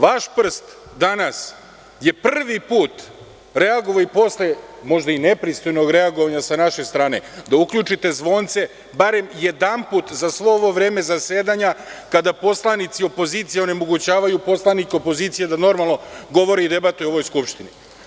Vaš prst danas je prvi put reagovao, i posle možda i nepristojnog reagovanja sa naše strane, da uključite zvonce barem jedanput za sve ovo vreme zasedanja kada poslanici opozicije onemogućavaju poslanike pozicije normalno govore i debatuju u ovoj Skupštini.